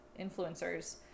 influencers